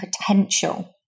potential